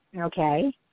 Okay